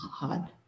God